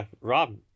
Rob